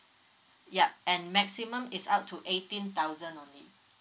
yup and maximum is up to eighteen thousand only